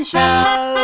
Show